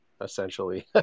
essentially